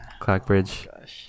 Clackbridge